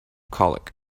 colic